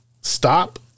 stop